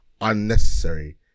unnecessary